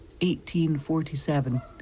1847